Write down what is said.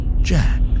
Jack